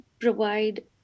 provide